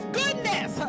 goodness